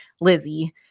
Lizzie